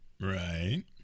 Right